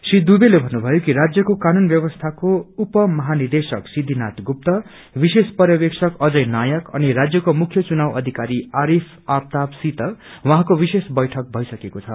श्री दुबेले भन्नुभयो कि राज्यको कानून ब्यवस्याको पुलिस उपमहानिदेशक सिखिनाथ गुप्ता विशेष पर्यवेस्क अजय नायक अनि राज्यको मुख्य चुनाउ अधिकारी आरिफ आफताबसित विशेष बैठक भएको छ